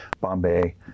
Bombay